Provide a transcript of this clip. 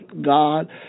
God